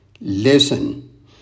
listen